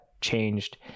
changed